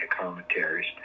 commentaries